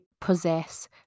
possess